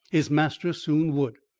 his master soon would.